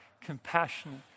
compassionate